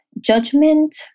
judgment